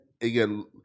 again